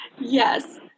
Yes